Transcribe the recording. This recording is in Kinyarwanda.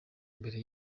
imbere